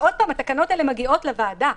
עוד פעם, התקנות האלה מגיעות לוועדה,